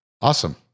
Awesome